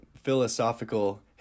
philosophical